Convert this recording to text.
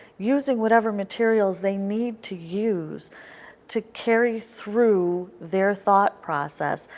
using whatever materials they need to use to carry through their thought process,